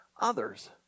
others